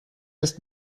ist